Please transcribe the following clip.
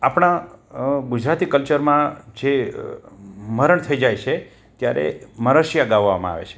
આપણા ગુજરાતી કલ્ચરમાં જે મરણ થઈ જાય છે ત્યારે મરશિયા ગાવામાં આવે છે